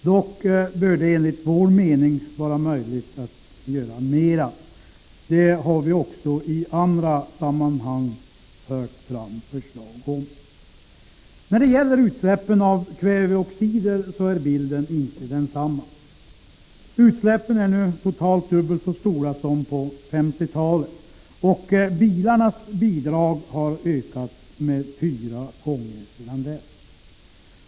Dock bör det enligt vår mening vara möjligt att göra mera. Det har vi också i andra sammanhang fört fram förslag om. När det gäller utsläppen av kväveoxider är bilden inte densamma. Utsläppen är nu totalt dubbelt så stora som på 1950-talet, och bilarnas bidrag har ökat fyra gånger sedan dess.